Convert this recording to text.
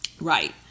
Right